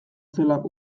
zela